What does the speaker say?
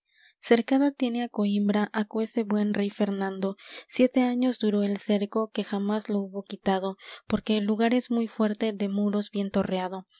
tiene á coímbra aquese buen rey fernando siete años duró el cerco que jamás lo hubo quitado porque el lugar es muy fuerte de muros bien